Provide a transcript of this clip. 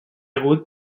hagut